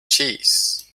cheese